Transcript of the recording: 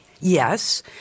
Yes